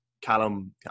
Callum